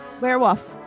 Werewolf